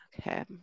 Okay